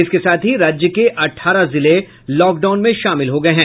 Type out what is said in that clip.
इसके साथ ही राज्य के अठारह जिले लॉकडाउन में शामिल हो गये हैं